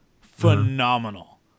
phenomenal